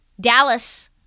Dallas